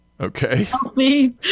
Okay